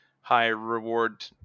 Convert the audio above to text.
high-reward